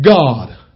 God